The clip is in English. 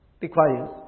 requires